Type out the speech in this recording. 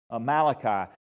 Malachi